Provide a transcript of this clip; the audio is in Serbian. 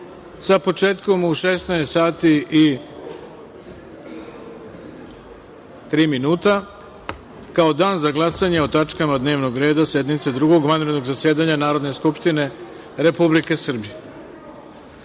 sa početkom u 16.03 časova kao Dan za glasanje o tačkama dnevnog reda sednice Drugog vanrednog zasedanja Narodne skupštine Republike